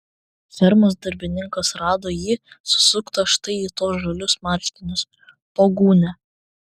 fermos darbininkas rado jį susuktą štai į tuos žalius marškinius po gūnia